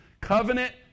covenant